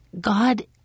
God